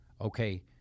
okay